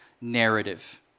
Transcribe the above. narrative